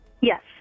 yes